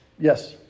Yes